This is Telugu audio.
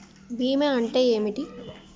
బీమా అంటే ఏమిటి?